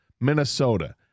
Minnesota